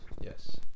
Yes